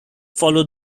follow